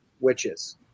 witches